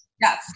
Yes